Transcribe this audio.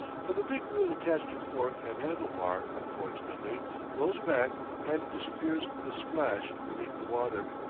but the big wheel attached to fork and handle-bar, unfortunately rolls back and disappears with a splash beneath the water.